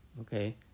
okay